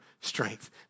strength